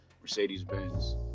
Mercedes-Benz